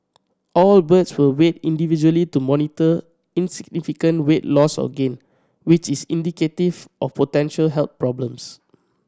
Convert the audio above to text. all birds were weighed individually to monitor insignificant weight loss or gain which is indicative of potential health problems